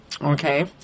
Okay